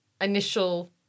initial